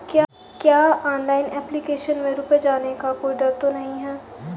क्या online application में रुपया जाने का कोई डर तो नही है?